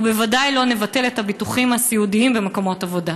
ובוודאי לא נבטל את הביטוחים הסיעודיים במקומות עבודה.